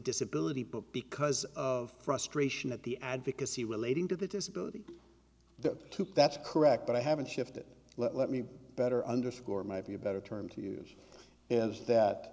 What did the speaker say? disability but because of frustration at the advocacy relating to the disability that took that's correct but i haven't shifted let me better underscore might be a better term to use is that